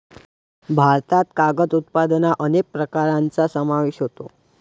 भारतातील कागद उत्पादनात अनेक प्रकारांचा समावेश होतो